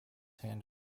hand